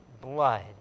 blood